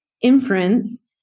inference